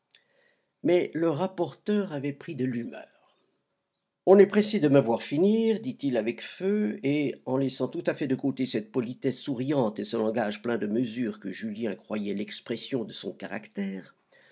mais le rapporteur avait pris de l'humeur on est pressé de me voir finir dit-il avec feu et en laissant tout à fait de côté cette politesse souriante et ce langage plein de mesure que julien croyait l'expression de son caractère